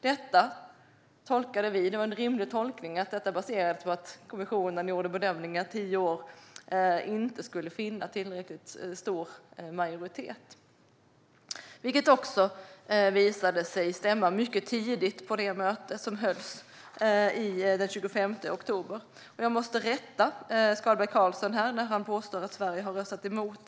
Detta tolkade vi - det var en rimlig tolkning - som att kommissionen gjorde bedömningen att tio år inte skulle få tillräckligt stor majoritet, vilket också visade sig stämma mycket tidigt på det möte som hölls den 25 oktober. Jag måste rätta Skalberg Karlsson, som påstod att Sverige röstade emot.